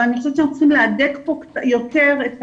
אבל אני חושבת שאנחנו צריכים להדק פה יותר את